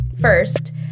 First